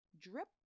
drip